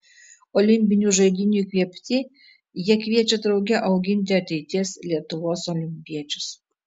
olimpinių žaidynių įkvėpti jie kviečia drauge auginti ateities lietuvos olimpiečius